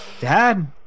dad